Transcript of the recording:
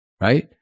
right